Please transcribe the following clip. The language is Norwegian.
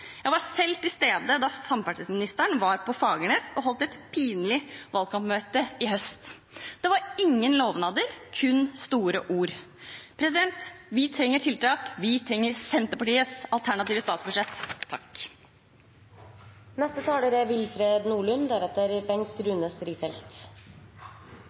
Jeg var selv til stede da samferdselsministeren var på Fagernes og holdt et pinlig valgkampmøte i høst. Det var ingen lovnader, kun store ord. Vi trenger tiltak. Vi trenger Senterpartiets alternative statsbudsjett.